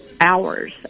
hours